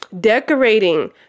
Decorating